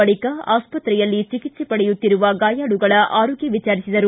ಬಳಿಕ ಆಸ್ತ್ರೆಯಲ್ಲಿ ಚಿಕಿತ್ತೆ ಪಡೆಯುತ್ತಿರುವ ಗಾಯಾಳುಗಳ ಆರೋಗ್ಡ ವಿಚಾರಿಸಿದರು